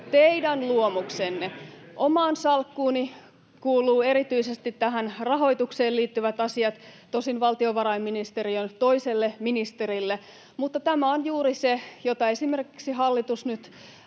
Teidän luomuksenne. Omaan salkkuuni kuuluvat erityisesti tähän rahoitukseen liittyvät asiat, tosin valtiovarainministeriön toiselle ministerille, mutta tämä on juuri se, jota esimerkiksi hallitus nyt